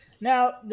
Now